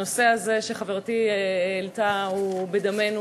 הנושא הזה שחברתי העלתה הוא בנפשנו,